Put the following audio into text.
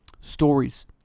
Stories